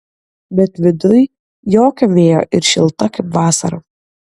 bet viduj jokio vėjo ir šilta kaip vasarą